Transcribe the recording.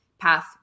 path